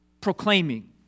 proclaiming